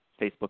Facebook